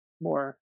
more